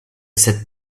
cette